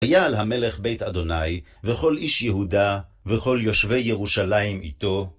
היה על המלך בית אדוני, וכל איש יהודה, וכל יושבי ירושלים איתו.